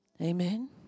Amen